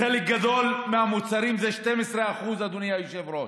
בחלק גדול מהמוצרים זה 12%, אדוני היושב-ראש.